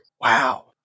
wow